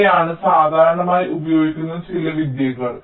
ഇവയാണ് സാധാരണയായി ഉപയോഗിക്കുന്ന ചില വിദ്യകൾ